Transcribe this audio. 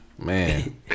man